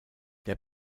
der